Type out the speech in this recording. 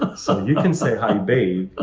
ah so you can say hi, baby,